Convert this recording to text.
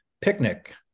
picnic